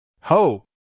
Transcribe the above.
Ho